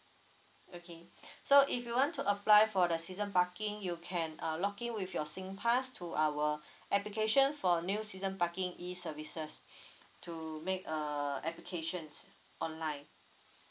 okay so if you want to apply for the season parking you can uh log in with your SINGPASS to our application for new season parking E services to make err applications online